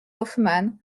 hoffmann